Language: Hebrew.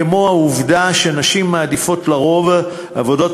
כמו העובדה שנשים מעדיפות על-פי רוב עבודות